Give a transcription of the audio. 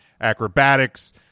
acrobatics